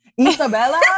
Isabella